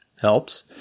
helps